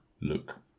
look